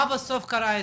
מה בסוף קרה איתך?